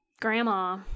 grandma